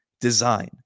design